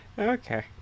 Okay